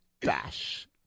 Dash